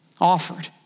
offered